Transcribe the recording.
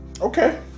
okay